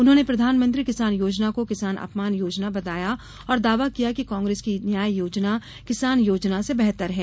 उन्होंने प्रधानमंत्री किसान योजना को किसान अपमान योजना बताया और दावा किया कि कांग्रेस की न्याय योजना किसान योजना से बेहतर है